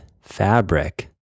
fabric